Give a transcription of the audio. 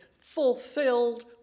fulfilled